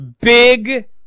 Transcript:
big